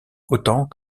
autant